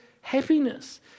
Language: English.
happiness